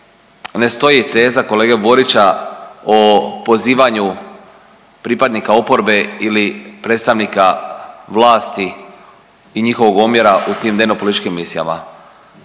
ne stoji teza kolege Borića o pozivanju pripadnika oporbe ili predstavnika vlasti i njihovog omjera u tim dnevnopolitičkim emisijama.